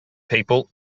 people